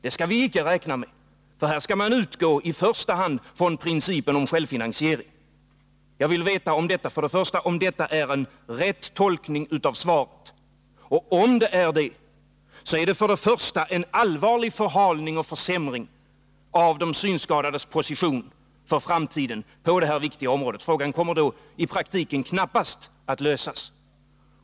Här skall man i första hand utgå från principen om självfinansiering. Jag vill veta om detta är en riktig tolkning av svaret. Om det är en riktig tolkning, innebär det för det första en allvarlig försämring av de synskadades position för framtiden på detta viktiga område. Frågan kommer då i praktiken knappast att lösas.